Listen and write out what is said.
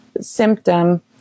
symptom